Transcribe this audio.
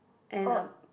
and a